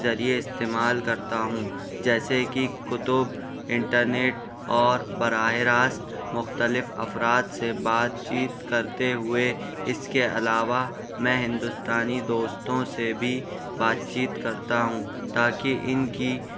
ذریعے استعمال کرتا ہوں جیسے کہ کتب انٹرنیٹ اور براہ راست مختلف افراد سے بات چیت کرتے ہوئے اس کے علاوہ میں ہندوستانی دوستوں سے بھی بات چیت کرتا ہوں تاکہ ان کی